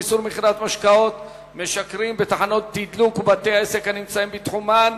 איסור מכירת משקאות משכרים בתחנות תדלוק ובבתי-עסק הנמצאים בתחומן),